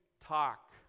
talk